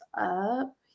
up